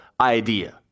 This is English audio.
idea